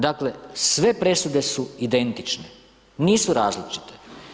Dakle, sve presude su identične, nisu različite.